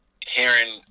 hearing